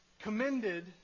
commended